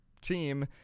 team